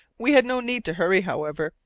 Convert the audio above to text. we had no need to hurry, however.